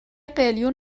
قلیون